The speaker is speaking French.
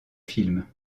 films